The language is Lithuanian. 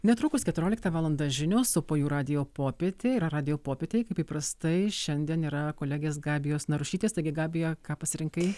netrukus keturioliktą valandą žinos o po jų radijo popietė yra radijo popietė kaip įprastai šiandien yra kolegės gabijos narušytės taigi gabija ką pasirinkai